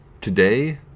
today